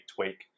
tweak